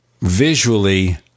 visually